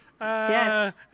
Yes